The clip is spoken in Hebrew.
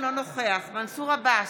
אינו נוכח מנסור עבאס,